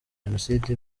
genocide